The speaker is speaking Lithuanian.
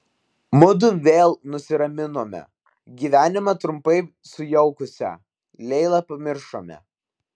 mudu vėl nusiraminome gyvenimą trumpai sujaukusią leilą pamiršome